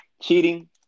Cheating